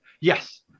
Yes